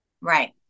Right